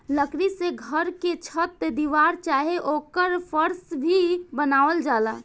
लकड़ी से घर के छत दीवार चाहे ओकर फर्स भी बनावल जाला